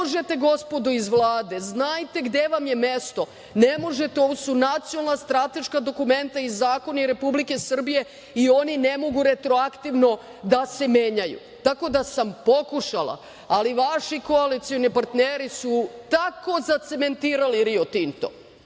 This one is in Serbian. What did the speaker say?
Ne možete, gospodo iz Vlade, znajte gde vam je mesto, ne možete, ovo su nacionalna strateška dokumenta i zakoni Republike Srbije i oni ne mogu retroaktivno da se menjaju. Tako da sam pokušala, ali vaši koalicioni partneri su tako zacementirali Rio Tinto